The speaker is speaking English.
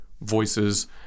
voices